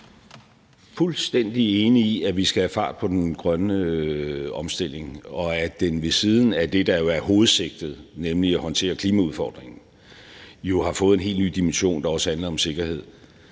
Jeg er fuldstændig enig i, at vi skal have fart på den grønne omstilling, og at den ved siden af det, der jo er hovedsigtet, nemlig at håndtere klimaudfordringerne, har fået en helt ny dimension, der også handler om sikkerhed.